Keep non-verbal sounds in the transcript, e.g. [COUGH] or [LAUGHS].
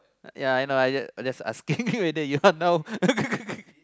ya I know I ju~ I just asking whether you are now [LAUGHS]